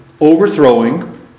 overthrowing